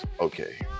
okay